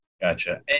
Gotcha